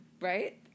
Right